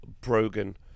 Brogan